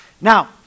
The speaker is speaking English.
Now